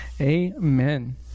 amen